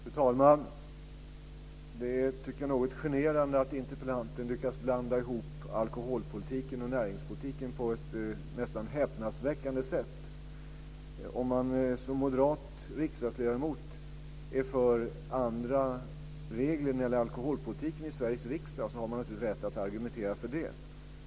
Fru talman! Jag tycker att det är något generande att interpellanten lyckats blanda ihop alkoholpolitiken och näringspolitiken på ett nästan häpnadsväckande sätt. Om man som moderat riksdagsledamot är för andra regler när det gäller alkoholpolitiken i Sveriges riksdag har man naturligtvis rätt att argumentera för det.